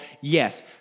yes